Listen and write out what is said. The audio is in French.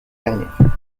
dernière